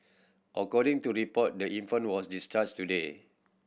according to report the infant was discharged today